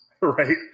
Right